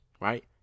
right